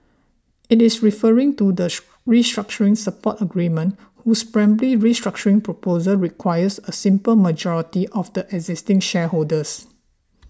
it is referring to the restructuring support agreement whose primary restructuring proposal requires a simple majority of the existing shareholders